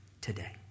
today